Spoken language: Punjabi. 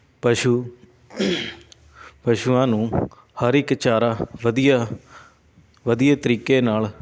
ਪਸ਼ੂ ਪਸ਼ੂਆਂ ਨੂੰ ਹਰ ਇੱਕ ਚਾਰਾ ਵਧੀਆ ਵਧੀਆ ਤਰੀਕੇ ਨਾਲ